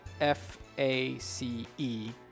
F-A-C-E